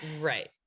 Right